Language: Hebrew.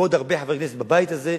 ועוד הרבה חברי כנסת בבית הזה,